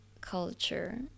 culture